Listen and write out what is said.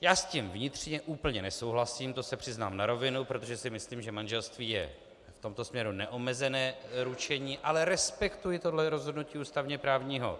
Já s tím vnitřně úplně nesouhlasím, to se přiznám na rovinu, protože si myslím, že manželství je v tomto směru neomezené ručení, ale respektuji toto rozhodnutí ústavněprávního